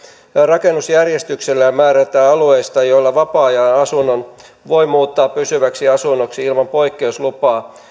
rakennusjärjestyksellä määrätä alueista joilla vapaa ajanasunnon voi muuttaa pysyväksi asunnoksi ilman poikkeuslupaa